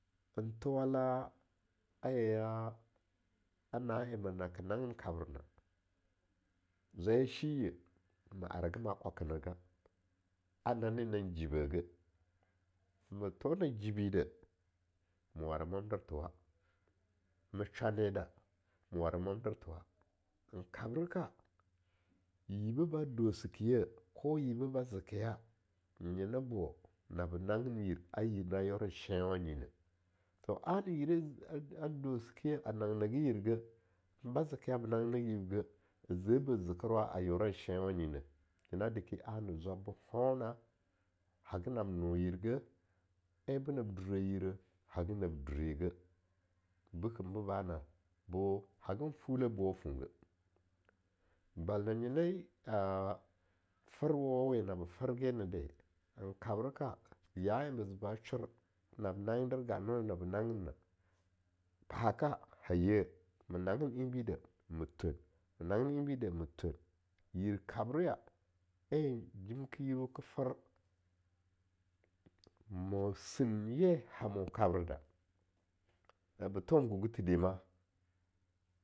Z Thowa la neem na ke nangen en kabrena, Zwaya shiye ma orage ma kwakenaga, a nane nan jibege, ma the na jibide, ma waran mwamdirthewa, ma smwanede, ma wara mwandirthewa, en karbreka jibibeh a dosikiye. Ko yibibeh a dosikiye, nyenebo nabi nanhin yir, ar yir na yeoren enshanwanyi ne to ana yibiba, a dosikye a nanginage yirge. Ko yibiba zekeya be nanginage yirge, a zebibe zekerwa a yeoran shenwanyinehi nye deki ana zwab beh hanna, haga nab no yirge, haga nab durege, bekim bo bana, bo hagan fulle o bo funge, bala na nyene, a fergo wa we na be ferge ne de, en kabre ka ya en ba ze ba shor nab nange dir gananuwa en nabe nanginna, pahaka haye ma nangen enbide ma thwen, ma nangin enbidah ma thwen, yir kabreya enjin ke yirweh ke fer, mo sin ye namo kabre, nabe thowon guguthe de ma.